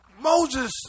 Moses